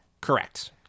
Correct